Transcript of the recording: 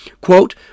Quote